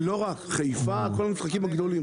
לא רק, חיפה, כל המשחקים הגדולים,